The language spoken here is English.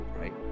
right